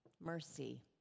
Mercy